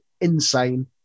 insane